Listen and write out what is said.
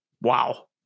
wow